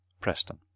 Preston